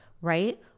right